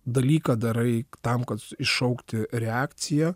dalyką darai tam kad iššaukti reakciją